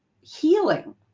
healing